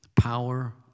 power